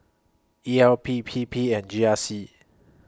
E L P P P and G R C